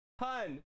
hun